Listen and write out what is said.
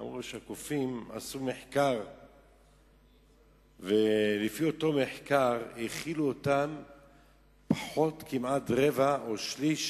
אמרו שעשו מחקר ולפי אותו מחקר האכילו אותם כמעט רבע או שליש